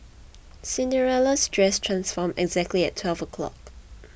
Cinderella's dress transformed exactly at twelve o'clock